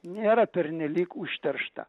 nėra pernelyg užteršta